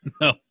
No